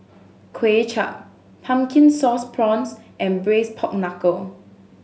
Kuay Chap Pumpkin Sauce Prawns and Braised Pork Knuckle